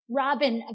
robin